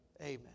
Amen